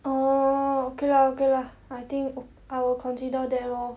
oh okay lah okay lah I think I will consider that lor